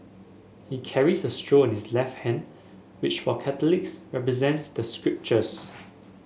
he carries a scroll in his left hand which for Catholics represents the scriptures